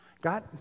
God